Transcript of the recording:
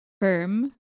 Firm